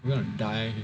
we're gonna die